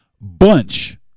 bunch